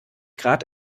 grad